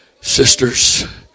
Sisters